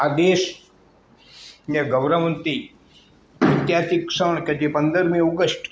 આ દેશને ગૌરવવંતી ઐતિહાસિક ક્ષણ કે જે પંદરમી ઓગસ્ટ